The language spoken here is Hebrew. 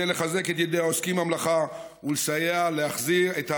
לחזק את ידי העוסקים במלאכה ולסייע להחזיר את ההרתעה,